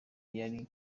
yari